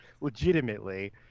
legitimately